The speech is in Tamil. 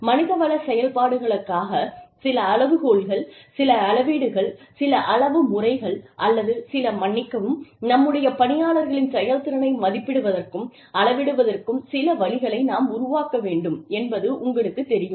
மனிதவள செயல்பாடுகளுக்காக சில அளவுகோல்கள் சில அளவீடுகள் சில அளவு முறைகள் அல்லது சில மன்னிக்கவும் நம்முடைய பணியாளர்களின் செயல்திறனை மதிப்பிடுவதற்கும் அளவிடுவதற்கும் சில வழிகளை நாம் உருவாக்க வேண்டும் என்பது உங்களுக்குத் தெரியும்